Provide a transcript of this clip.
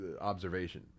observation